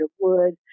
wood